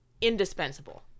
indispensable